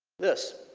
this